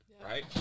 Right